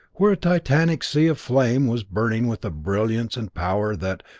where a titanic sea of flame was burning with a brilliance and power that,